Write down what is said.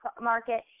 market